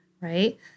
right